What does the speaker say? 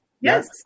Yes